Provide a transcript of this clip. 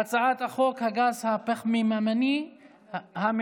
על הצעת חוק הגז הפחמימני המעובה,